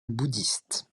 bouddhiste